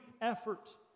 effort